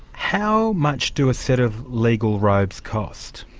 how much do a set of legal robes cost?